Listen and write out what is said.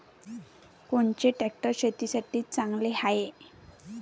कोनचे ट्रॅक्टर शेतीसाठी चांगले हाये?